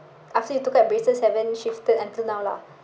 after you took out your braces haven't shifted until now lah